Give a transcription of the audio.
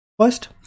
First